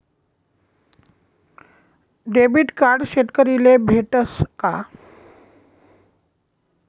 Debit card शेतकरीले भेटस का?